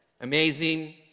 Amazing